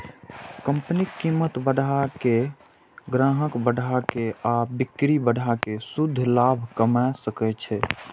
company कीमत बढ़ा के, ग्राहक बढ़ा के आ बिक्री बढ़ा कें शुद्ध लाभ कमा सकै छै